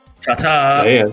Ta-ta